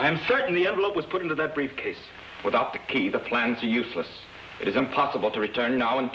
i am certain the envelope was put into that briefcase without the key the plans are useless it is impossible to return now and